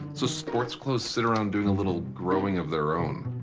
so sports clothes sit around doing a little growing of their own.